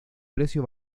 precio